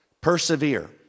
Persevere